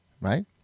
right